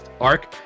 arc